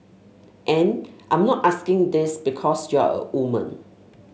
and I'm not asking this because you're a woman